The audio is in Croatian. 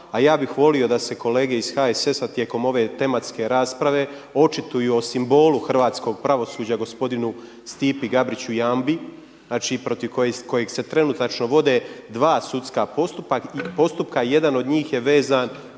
A ja bih volio da se kolege iz HSS-a tijekom ove tematske rasprave očituju o simbolu hrvatskog pravosuđa gospodinu Stipi Gabriću Jambi, znači protiv kojeg se trenutačno vode dva sudska postupka. Jedan od njih je vezan